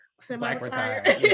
semi-retired